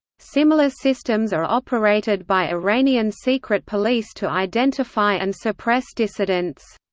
similar systems are operated by iranian secret police to identify and suppress dissidents.